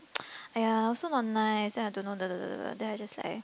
!aiya! also not nice then I don't know da da da da da then I just like